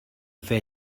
fer